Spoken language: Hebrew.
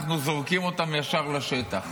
אנחנו זורקים אותם ישר לשטח.